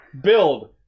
build